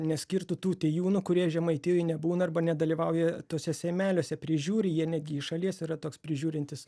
neskirtų tų tijūnų kurie žemaitijoj nebūna arba nedalyvauja tuose seimeliuose prižiūri jie netgi iš šalies yra toks prižiūrintis